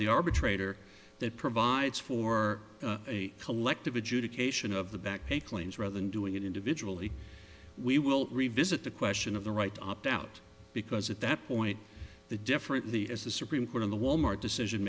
the arbitrator that provides for a collective adjudication of the back paid claims rather than doing it individually we will revisit the question of the right to opt out because at that point the differently as the supreme court in the wal mart decision